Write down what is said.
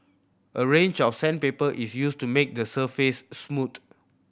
a range of sandpaper is used to make the surface smooth